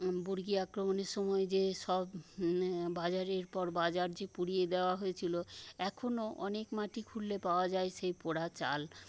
বর্গী আক্রমণের সময় যে সব বাজারের পর বাজার যে পুড়িয়ে দেওয়া হয়েছিল এখনো অনেক মাটি খুঁড়লে পাওয়া যায় সেই পোড়া চাল